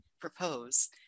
propose